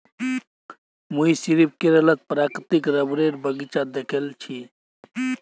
मुई सिर्फ केरलत प्राकृतिक रबरेर बगीचा दखिल छि